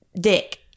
dick